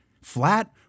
Flat